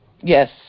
Yes